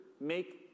make